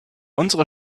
unsere